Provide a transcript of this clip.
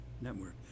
network